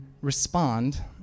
respond